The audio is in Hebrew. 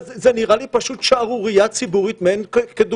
זה נראה לי פשוט שערורייה ציבורית שאנחנו